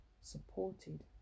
supported